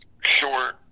short